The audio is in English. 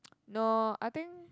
no I think